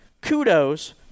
kudos